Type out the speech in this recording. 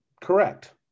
Correct